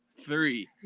three